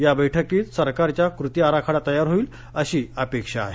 या बैठकीत सरकारचा कृती आराखडा तयार होईल अशी अपेक्षा आहे